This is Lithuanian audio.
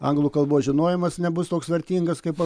anglų kalbos žinojimas nebus toks vertingas kaip